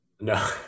No